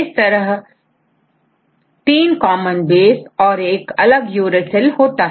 इस तरह 3 common base और एक अलग यूरेसिल होता है